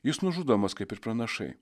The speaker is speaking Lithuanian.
jis nužudomas kaip ir pranašai